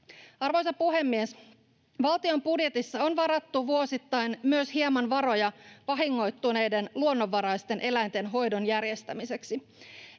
Arvoisa puhemies! Valtion budjetissa on varattu vuosittain hieman varoja myös vahingoittuneiden luonnonvaraisten eläinten hoidon järjestämiseksi.